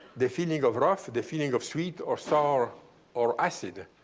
the feeling of rough, the the feeling of sweet or sour or acid.